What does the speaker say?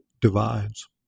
divides